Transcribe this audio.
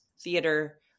theater